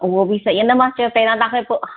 उहो बि सही आहे न मां चयो पहिरां खे पोइ